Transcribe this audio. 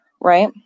right